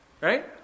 right